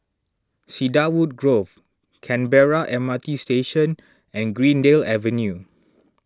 Cedarwood Grove Canberra M R T Station and Greendale Avenue